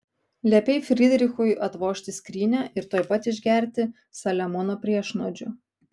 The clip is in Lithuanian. liepei frydrichui atvožti skrynią ir tuoj pat išgerti saliamono priešnuodžių